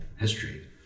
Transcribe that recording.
history